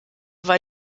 war